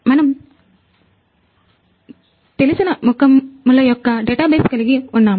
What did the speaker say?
మనం తెలిసిన ముఖముల యొక్క డాటాబేస్ కలిగి ఉన్నాము